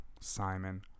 Simon